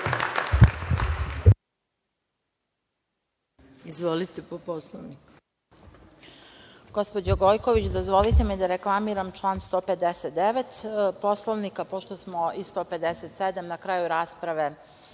Izvolite, po Poslovniku.